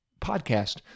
podcast